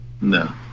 no